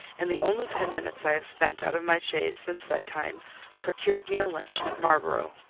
and the only ten minutes i have spent out of my chaise since that time procured me a nuncheon at marlborough.